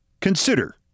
Consider